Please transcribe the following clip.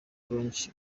benshi